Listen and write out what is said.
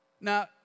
Now